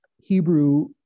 Hebrew